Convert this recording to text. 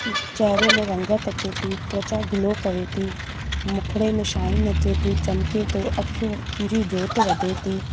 चहिरे में रंगत अचे थी त्वचा ग्लो करे थी मुखिड़े में शाईन अचे थी चमिके थो अखियूं जी जोति वधे थी